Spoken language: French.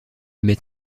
m’est